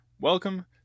welcome